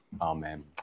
Amen